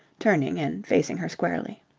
turning and faced her squarely.